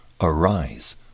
arise